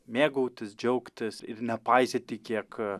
mėgautis džiaugtis ir nepaisyti kiek